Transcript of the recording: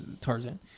Tarzan